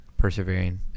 Persevering